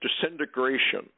disintegration